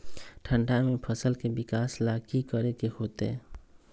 ठंडा में फसल के विकास ला की करे के होतै?